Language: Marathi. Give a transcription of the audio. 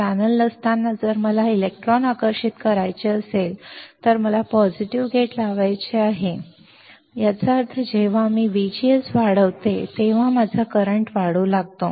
चॅनेल नसताना जर मला इलेक्ट्रॉन आकर्षित करायचे असेल तर मला पॉझिटिव्ह गेट लावायचे आहे म्हणूनच गेट पॉझिटिव्ह आहे याचा अर्थ जेव्हा मी VGS वाढवते तेव्हा माझा करंट वाढू लागतो